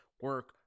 Work